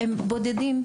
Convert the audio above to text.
הם בודדים.